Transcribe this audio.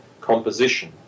composition